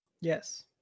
Yes